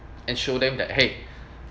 and show them that !hey!